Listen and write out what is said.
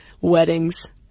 Weddings